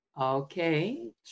Okay